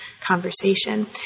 conversation